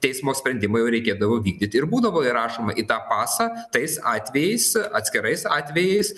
teismo sprendimą jau reikėdavo vykdyti ir būdavo įrašoma į tą pasą tais atvejais atskirais atvejais